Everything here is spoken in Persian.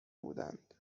بودند